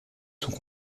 sont